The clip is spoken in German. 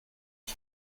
ich